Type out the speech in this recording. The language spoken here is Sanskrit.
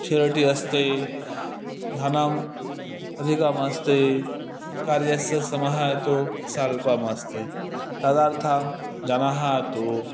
शुरिटि अस्ति धनम् अधिकमस्ति कार्यस्य समः तु स्वल्पमस्ति तदर्थं जनः तु